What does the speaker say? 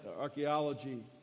archaeology